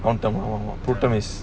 long term orh pro ton is